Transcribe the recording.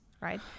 right